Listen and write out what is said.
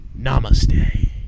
namaste